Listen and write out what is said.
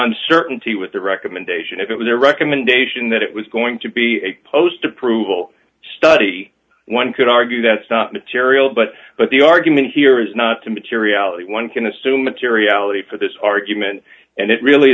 uncertainty with the recommendation if it was a recommendation that it was going to be post approval study one could argue that's not material but but the argument here is not to materiality one can assume materiality for this argument and it really